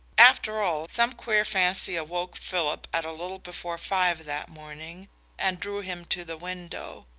after all, some queer fancy awoke philip at a little before five that morning and drew him to the window.